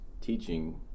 teaching